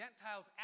Gentiles